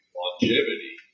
longevity